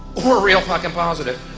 were real fucking positive.